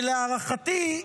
ולהערכתי,